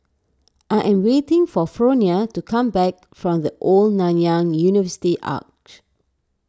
I am waiting for Fronia to come back from the Old Nanyang University Arch